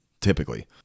typically